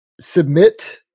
submit